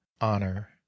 honor